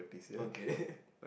okay